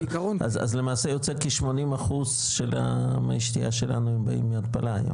אז למעשה יוצא כ-80% של המי שתייה שלנו הם באים מהתפלה היום?